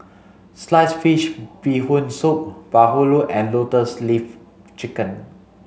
sliced fish bee Hoon soup Bahulu and lotus leaf chicken